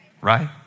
right